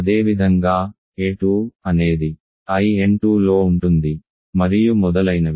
అదేవిధంగా a2 అనేది In2 లో ఉంటుంది మరియు మొదలైనవి